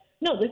no